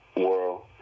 world